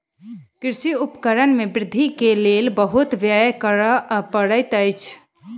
कृषि उपकरण में वृद्धि के लेल बहुत व्यय करअ पड़ैत अछि